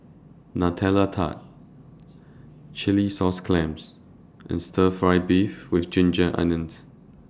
Nutella Tart Chilli Sauce Clams and Stir Fry Beef with Ginger Onions